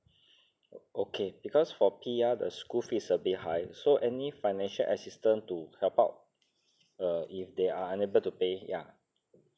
okay because for P_R the school fee is a bit high so any financial assistance to help out uh if they are unable to pay ya